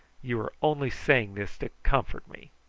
you are only saying this to comfort me.